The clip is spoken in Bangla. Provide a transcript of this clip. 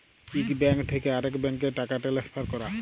ইক ব্যাংক থ্যাকে আরেক ব্যাংকে টাকা টেলেসফার ক্যরা